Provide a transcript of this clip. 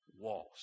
Walls